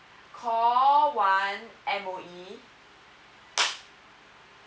call one M_O_E